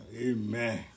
Amen